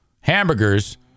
hamburgers